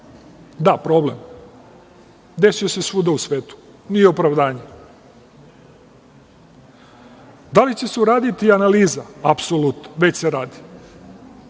da, problem, desio se svuda u svetu i nije opravdanje. Da li će se uraditi analiza? Apsolutno, već se radi.